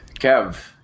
Kev